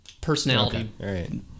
personality